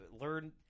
learn –